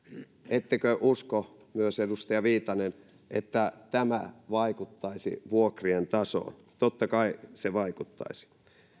ettekö usko myös edustaja viitanen että tämä vaikuttaisi vuokrien tasoon totta kai se vaikuttaisi